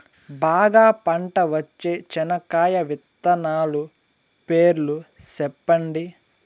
బాగా పంట వచ్చే చెనక్కాయ విత్తనాలు పేర్లు సెప్పండి?